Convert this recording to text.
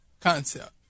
concept